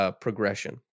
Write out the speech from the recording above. progression